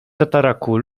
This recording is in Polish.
tataraku